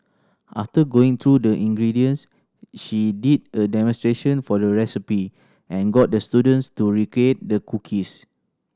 after going through the ingredients she did a demonstration for the recipe and got the students to recreate the cookies